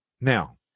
Now